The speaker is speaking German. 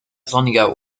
sonniger